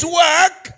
work